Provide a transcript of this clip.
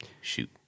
Shoot